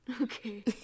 Okay